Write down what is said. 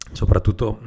soprattutto